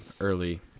early